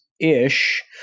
ish